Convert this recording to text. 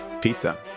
pizza